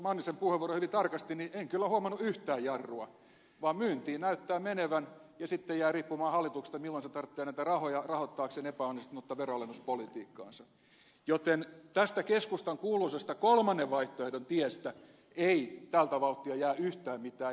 mannisen puheenvuoron hyvin tarkasti niin en kyllä huomannut yhtään jarrua vaan myyntiin näyttää menevän ja sitten jää riippumaan hallituksesta milloin se tarvitsee näitä rahoja rahoittaakseen epäonnistunutta veronalennuspolitiikkaansa joten tästä keskustan kuuluisasta kolmannen vaihtoehdon tiestä ei tätä vauhtia jää yhtään mitään jäljelle